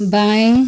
बाएँ